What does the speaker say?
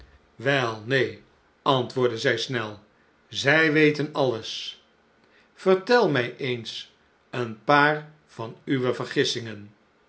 neen antwoordde zij snel zij weten alles vertel mij eens een paar van uwe vergissingen